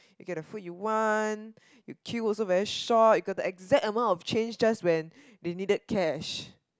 you get the food you want you queue also very short you got the exact amount of change just when they needed cash